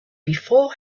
before